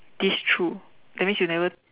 this through that means you never